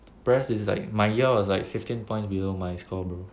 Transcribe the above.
pres is like my year was like fifteen points below my score bro